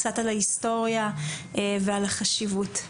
קצת על ההיסטוריה ועל החשיבות.